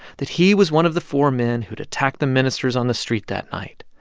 that he was one of the four men who'd attacked the ministers on the street that night,